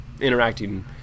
interacting